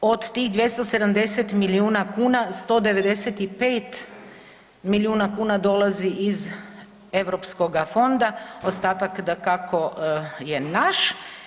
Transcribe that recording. Od tih 270 miliona kuna, 195 miliona kuna dolazi iz Europskoga fonda ostatak dakako je naš.